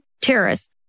terrorists